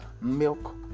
milk